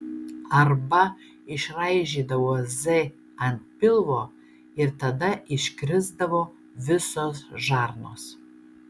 arba išraižydavo z ant pilvo ir tada iškrisdavo visos žarnos